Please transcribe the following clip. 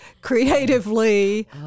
creatively